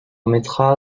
mettra